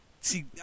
See